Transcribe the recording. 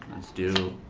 let's do.